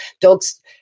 Dogs